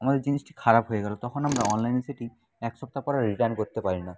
আমাদের জিনিসটি খারাপ হয়ে গেল তখন আমরা অনলাইনে সেটি এক সপ্তা পরে রিটার্ন করতে পারি না